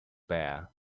bare